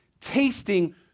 tasting